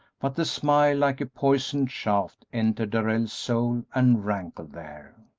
but the smile, like a poisoned shaft, entered darrell's soul and rankled there.